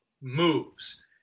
moves